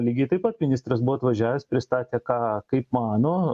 lygiai taip pat ministras buvo atvažiavęs pristatė ką kaip mano